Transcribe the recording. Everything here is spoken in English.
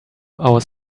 our